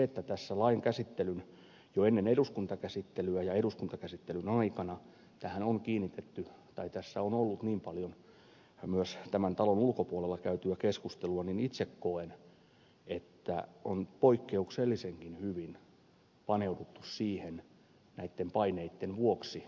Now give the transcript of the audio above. kun tässä lain käsittelyssä jo ennen eduskuntakäsittelyä ja eduskuntakäsittelyn aikana on ollut niin paljon myös tämän talon ulkopuolella käytyä keskustelua niin itse koen että on poikkeuksellisenkin hyvin paneuduttu siihen näitten paineitten vuoksi